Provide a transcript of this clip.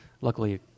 Luckily